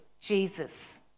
Jesus